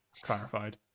clarified